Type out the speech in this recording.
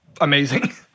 amazing